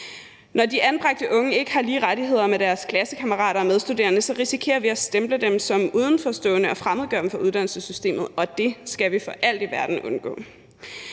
Når de anbragte unge ikke har lige rettigheder med deres klassekammerater og medstuderende, risikerer vi at stemple dem som udenforstående og fremmedgjorte i forhold til uddannelsessystemet, og det skal vi for alt i verden undgå.